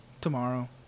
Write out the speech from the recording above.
Tomorrow